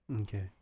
Okay